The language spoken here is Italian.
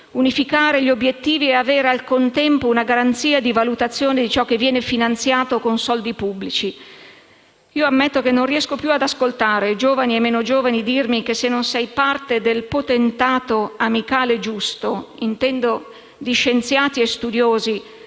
unificare gli obiettivi e avere, al contempo, una garanzia di valutazione di ciò che viene finanziato con soldi pubblici. Ammetto che non riesco più ad ascoltare giovani e meno giovani dirmi che se non si è parte del potentato amicale giusto - intendo di scienziati e studiosi